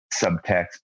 subtext